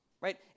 right